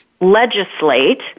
legislate